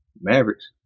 Mavericks